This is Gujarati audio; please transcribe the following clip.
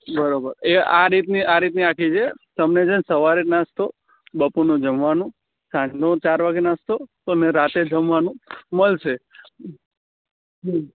બરોબર એ આ રીતની અ રીતની આખી છે તમને છે ને સવારે નાસ્તો બપોરનું જમવાનું સાંજનું ચાર વાગે નાસ્તોને રાત્રે જમવાનું મળશે હમ